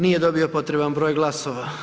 Nije dobio potreban broj glasova.